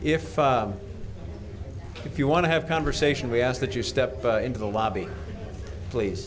if if you want to have conversation we ask that you step into the lobby please